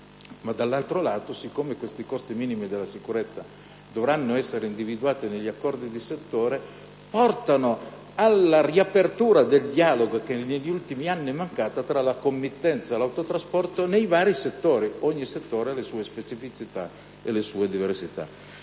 dall'altro garantiscono la sicurezza stradale e, poiché dovranno essere individuati negli accordi di settore, portano alla riapertura del dialogo, che negli ultimi anni è mancato, tra la committenza e l'autotrasporto nei vari settori, perché ogni settore ha le sue specificità e diversità.